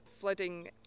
flooding